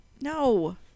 no